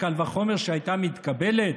וקל וחומר שהייתה מתקבלת?